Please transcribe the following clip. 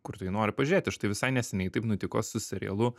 kur tu jį nori pažiūrėti štai visai neseniai taip nutiko su serialu